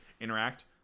interact